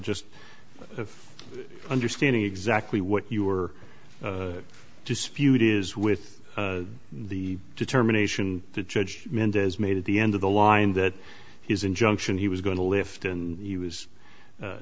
of understanding exactly what you are dispute is with the determination the judge mendez made at the end of the line that his injunction he was going to lift and he was